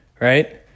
right